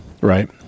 right